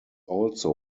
also